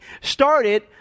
started